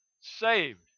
saved